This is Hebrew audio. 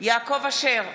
יעקב אשר,